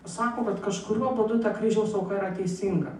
sako kad kažkuriuo būdu ta kryžiaus auka yra teisinga